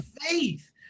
faith